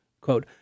quote